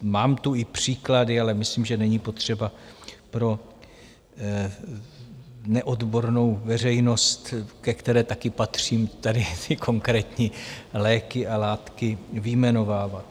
Mám tu i příklady, ale myslím, že není potřeba pro neodbornou veřejnost, ke které taky patřím, tady ty konkrétní léky a látky vyjmenovávat.